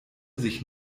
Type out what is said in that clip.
sich